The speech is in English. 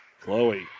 Chloe